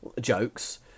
jokes